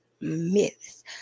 myths